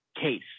case